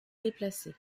déplacé